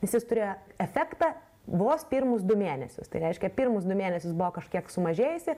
nes jis turėjo efektą vos pirmus du mėnesius tai reiškia pirmus du mėnesius buvo kažkiek sumažėjusi